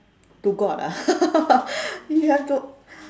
to god ah we have to